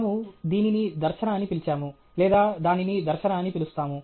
మనము దీనిని దర్శన అని పిలిచాము లేదా దానిని దర్శన అని పిలుస్తాము